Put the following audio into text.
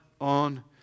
on